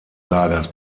lagers